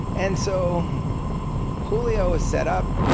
and so julio is set up,